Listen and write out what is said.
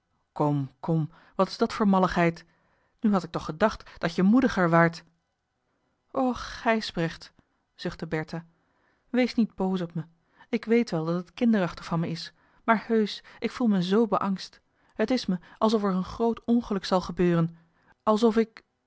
kom kom wat is dat voor malligheid nu had ik toch gedacht dat je moediger waart och gijsbrecht zuchtte bertha wees niet boos op me ik weet wel dat het kinderachtig van me is maar heusch ik voel me zoo beangst t is me alsof er een groot ongeluk zal gebeuren alsof ik